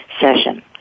session